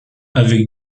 avec